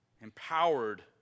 empowered